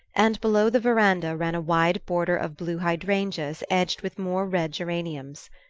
and below the verandah ran a wide border of blue hydrangeas edged with more red geraniums.